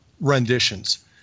renditions